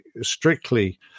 strictly